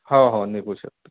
हो हो निघू शकतो